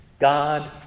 god